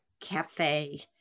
Cafe